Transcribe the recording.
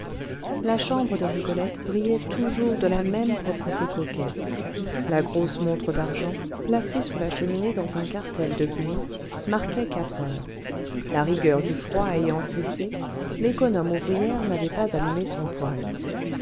la chambre de rigolette brillait toujours de la même propreté coquette la grosse montre d'argent placée sur la cheminée dans un cartel de buis marquait quatre heures la rigueur du froid ayant cessé l'économe ouvrière n'avait pas allumé son poêle